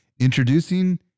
Introducing